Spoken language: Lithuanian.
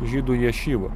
žydų ješivų